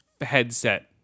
headset